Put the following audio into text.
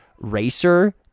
racer